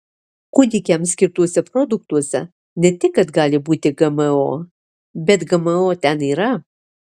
kūdikiams skirtuose produktuose ne tik kad gali būti gmo bet gmo ten yra